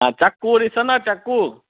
हा चकू ॾिसंदा चकू